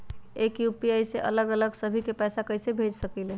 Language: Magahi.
एक यू.पी.आई से अलग अलग सभी के पैसा कईसे भेज सकीले?